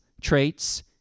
traits